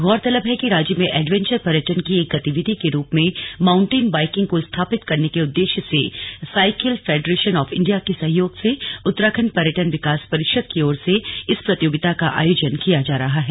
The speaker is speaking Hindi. गौरतलब है कि राज्य में एडवेंचर पर्यटन की एक गतिविधि के रूप में माउंटेन बाइकिंग को स्थापित करने के उद्देश्य से साइकिल फेडरेशन ऑफ इंडिया के सहयोग से उत्तराखंड पर्यटन विकास परिषद की ओर से इस प्रतियोगिता का आयोजन किया जा रहा है